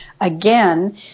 again